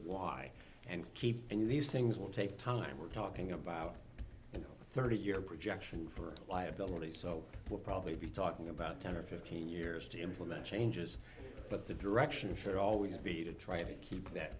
why and keep and these things will take time we're talking about you know thirty year projection for liability so will probably be talking about ten or fifteen years to implement changes but the direction should always be to try to keep that